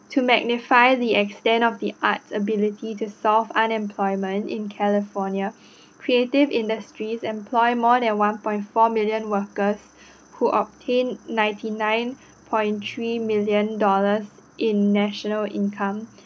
to magnify the extent of the arts ability to solve unemployment in california creative industries employ more than one point four million workers who obtained ninety nine point three million dollars in national income